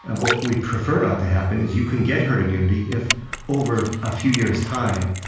ah what we'd prefer not to happen is, you can get herd immunity if over a few years' time,